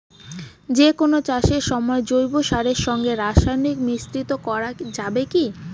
যে কোন চাষের সময় জৈব সারের সঙ্গে রাসায়নিক মিশ্রিত করা যাবে কি?